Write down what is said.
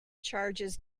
charges